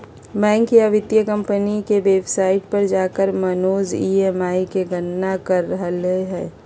bank या वित्तीय company के वेबसाइट पर जाकर मनोज ई.एम.आई के गणना कर रहलय हल